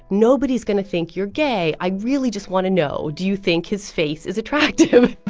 nobody is going to think you're gay. i really just want to know, do you think his face is attractive?